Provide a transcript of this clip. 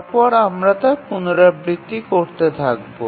তারপরে আমরা তা পুনরাবৃত্তি করতে থাকব